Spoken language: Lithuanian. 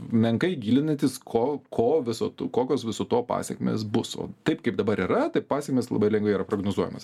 menkai gilinantis ko ko viso to kokios viso to pasekmės bus o taip kaip dabar yra tai pasekmės labai lengvai yra prognozuojamos